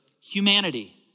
humanity